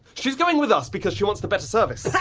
she's going with us because she wants the better service. yeah